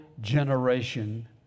generation